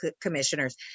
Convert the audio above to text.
Commissioners